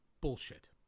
bullshit